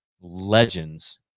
legends